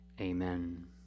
amen